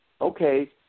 Okay